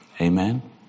Amen